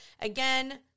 Again